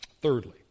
Thirdly